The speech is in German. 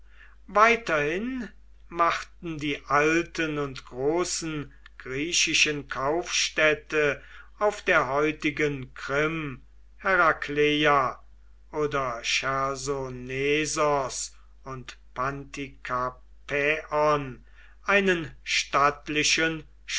weiterhin machten die alten und großen griechischen kaufstädte auf der heutigen krim herakleia oder chersonesos und pantikapäon einen stattlichen